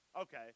okay